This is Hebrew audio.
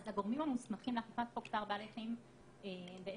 אז הגורמים המוסמכים לאכיפת חוק צער בעלי חיים הם שלושה,